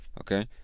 okay